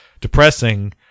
depressing